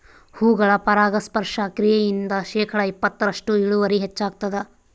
ಹೂಗಳ ಪರಾಗಸ್ಪರ್ಶ ಕ್ರಿಯೆಯಿಂದ ಶೇಕಡಾ ಇಪ್ಪತ್ತರಷ್ಟು ಇಳುವರಿ ಹೆಚ್ಚಾಗ್ತದ